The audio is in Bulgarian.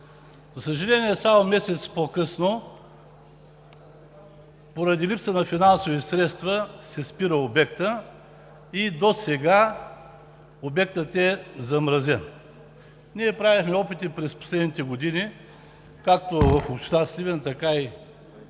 За съжаление, само месец по-късно, поради липса на финансови средства се спира обектът и досега той е замразен. Ние правихме опити през последните години както в община Сливен, така и чрез